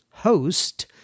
host